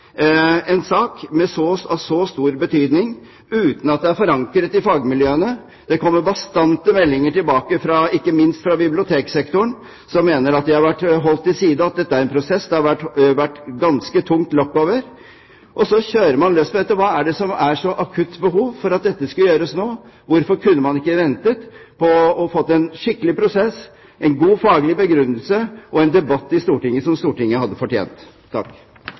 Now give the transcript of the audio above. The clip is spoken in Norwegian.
en sak av så stor betydning uten at det er forankret i fagmiljøene? Det kommer bastante meldinger tilbake, ikke minst fra biblioteksektoren, som mener at de har vært holdt til side, at dette er en prosess det har vært et ganske tungt lokk over. Og så kjører man løs med dette. Hvorfor er det så akutt behov for at dette skal gjøres nå? Hvorfor kunne man ikke ventet, og fått en skikkelig prosess, en god faglig begrunnelse og en debatt i Stortinget, som Stortinget hadde fortjent?